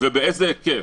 ובאיזה היקף.